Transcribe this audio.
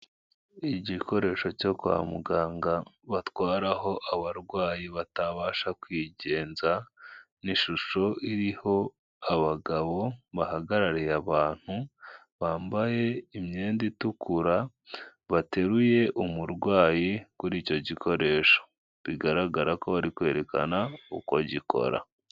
Igikoresho cyo kwa muganga batwararaho abarwayi batabasha kwigenza, n'ishusho iriho abagabo bahagarariye abantu, bambaye imyenda itukura bateruye umurwayi kuri icyo gikoresho, bigaragara ko bari kwerekana uko gikora.